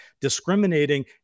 discriminating